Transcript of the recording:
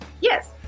Yes